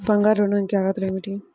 బంగారు ఋణం కి అర్హతలు ఏమిటీ?